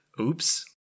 Oops